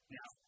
Now